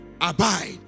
abide